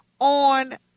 on